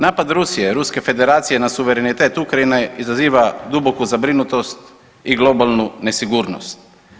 Napad Rusije, Ruske Federacije na suverenitet Ukrajine izaziva duboku zabrinutost i globalnu nesigurnost.